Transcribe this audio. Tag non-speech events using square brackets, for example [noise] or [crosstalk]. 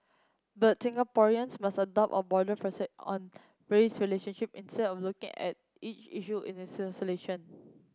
but Singaporeans must adopt a broader [unintelligible] on race relationship instead of looking at each issue in isolation